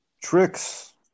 Tricks